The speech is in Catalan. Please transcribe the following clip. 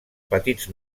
petits